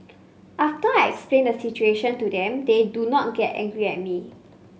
after I explain the situation to them they do not get angry at me